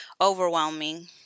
overwhelming